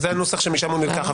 זה הנוסח שמשם זה נלקח.